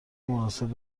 مناسب